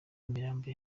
imirambo